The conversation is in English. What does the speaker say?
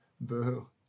Boo